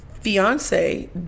fiance